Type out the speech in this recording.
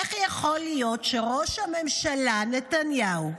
איך יכול להיות שראש הממשלה נתניהו,